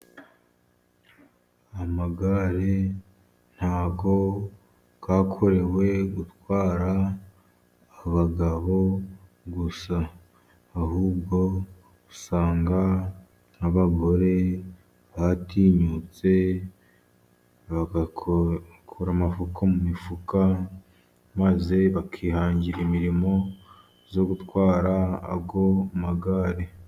Amagare ntabwo yakorewe gutwara abagabo gusa. Ahubwo usanga abagore batinyutse, bagakura amaboko mu mifuka, maze bakihangira imirimo yo gutwara ayo magare.